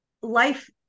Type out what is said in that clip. life